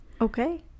Okay